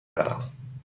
برم